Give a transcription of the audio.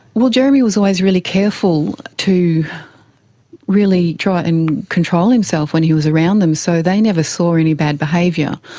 well, jeremy was always really careful to really try and control himself when he was around them, so they never saw any bad behaviour.